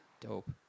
Dope